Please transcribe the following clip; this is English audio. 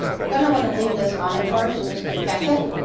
you're going to want to leave this on at first just to check it.